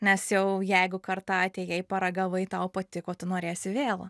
nes jau jeigu kartą atėjai paragavai tau patiko tu norėsi vėl